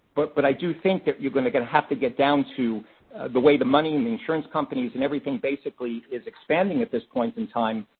but but i do think that you're going to going to have to get down to the way the money and the insurance companies and everything basically is expanding at this point in time,